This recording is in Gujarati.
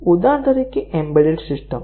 ઉદાહરણ તરીકે એમ્બેડેડ સિસ્ટમ્સ